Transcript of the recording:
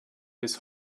his